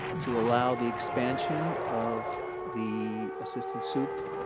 to allow the expansion of the assistant sup